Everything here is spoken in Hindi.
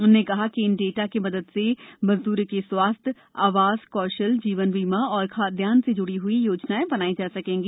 उन्होंने कहा कि इन डेटा की मदद से मजद्रों के स्वास्थ्य आवास कौशल जीवन बीमा और खाद्यान्न से ज्डी योजनाएं बनाई जा सकेंगी